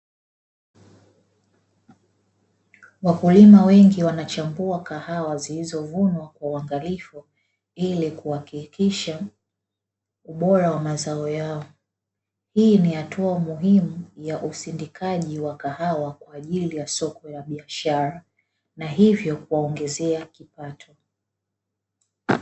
Wakulima wengi wanachambua kahawa zilizovunwa kwa uangalifu ili kuhakikisha ubora wa mazao yao, hii ni hatua muhimu ya usindikaji wa kahawa kwa ajili ya soko la biashara na hivyo kuwaongezea kipato.